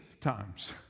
times